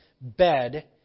bed